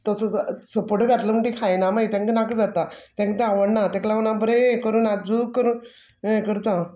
तसो ज सपोट घातलो म्हणट टीं खायना मागीर तांकं नाक जाता तेंक तें आवडणा ताका लागून हांव बरें हें करून आजूक करून यें करता